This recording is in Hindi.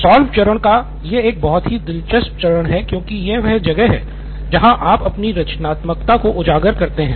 सॉल्व चरण एक बहुत ही दिलचस्प चरण है क्योंकि यह वह जगह है जहाँ आप अपनी रचनात्मकता को उजागर करते हैं